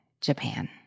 Japan